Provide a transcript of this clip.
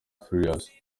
farious